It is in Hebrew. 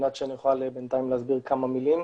בינתיים אסביר כמה מילים.